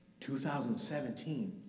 2017